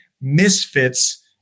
Misfits